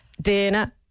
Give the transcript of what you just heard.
dinner